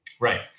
Right